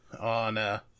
on